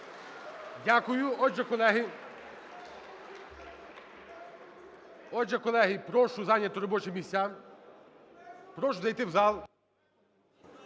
колеги. Отже, колеги, прошу зайняти робочі місця. Прошу зайти в зал.